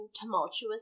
tumultuous